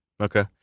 Okay